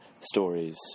stories